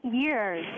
years